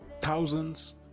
thousands